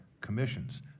commissions